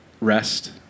rest